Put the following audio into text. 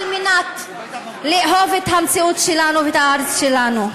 על מנת לאהוב את המציאות שלנו ואת הארץ שלנו.